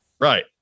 right